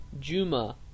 Juma